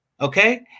okay